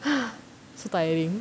so tiring